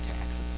taxes